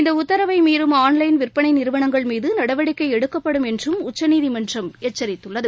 இந்த உத்தரவை மீறும் ஆன் லைன் விற்பனை நிறுவனங்கள் மீது நடவடிக்கை எடுக்கப்படும் என்றும் உச்சநீதிமன்றம் எச்சரித்துள்ளது